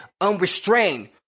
unrestrained